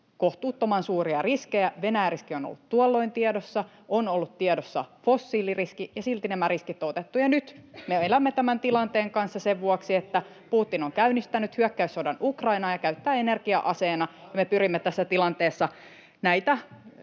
kohtuuttoman suuria riskejä. Venäjä-riski on ollut tuolloin tiedossa, [Timo Heinosen välihuuto] ja on ollut tiedossa fossiiliriski, ja silti nämä riskit on otettu. Ja nyt me elämme tämän tilanteen kanssa sen vuoksi, että Putin on käynnistänyt hyökkäyssodan Ukrainaan ja käyttää energiaa aseena, ja me pyrimme tässä tilanteessa näitä